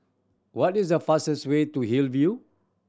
what is the fastest way to Hillview